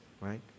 right